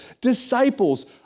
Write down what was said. disciples